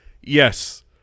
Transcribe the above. yes